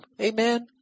Amen